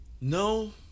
No